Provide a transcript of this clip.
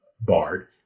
Bard